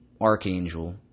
archangel